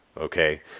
okay